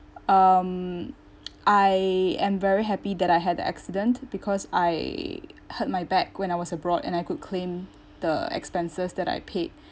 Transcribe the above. um I am very happy that I had the accident because I hurt my back when I was abroad and I could claim the expenses that I paid